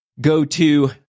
go-to